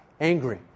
angry